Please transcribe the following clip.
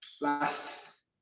last